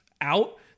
out